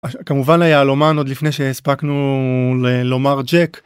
כמובן היהלומן עוד לפני שהספקנו לומר ג'ק.